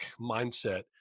mindset